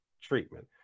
treatment